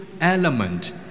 element